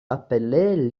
appelée